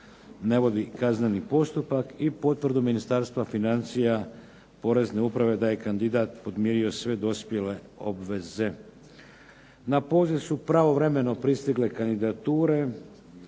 ne vodi kazneni postupak i potvrdu Ministarstva financija, Porezne uprave da je kandidat podmirio sve dospjele obveze. Na poziv su pravovremeno pristigle kandidature,